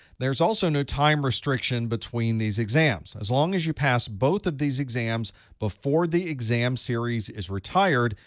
there's also no time restriction between these exams. as long as you pass both of these exams before the exam series is retired,